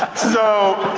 so,